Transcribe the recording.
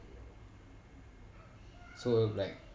so like